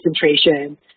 concentration